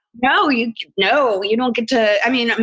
no, you, no, you don't get to i mean,